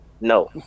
no